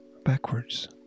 backwards